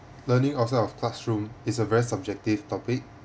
learning outside of classroom is a very subjective topic